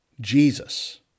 Jesus